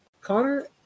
Connor